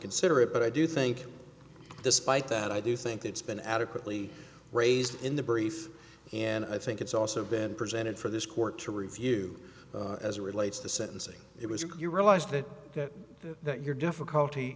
consider it but i do think despite that i do think it's been adequately raised in the brief and i think it's also been presented for this court to review as relates to sentencing it was you realized it that your difficulty